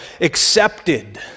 accepted